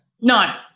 No